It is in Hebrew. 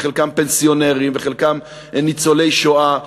חלקם פנסיונרים וחלקם ניצולי שואה.